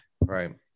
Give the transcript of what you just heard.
Right